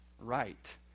right